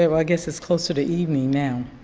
ah i guess it's closer to evening now.